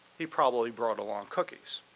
he probably brought along cookies.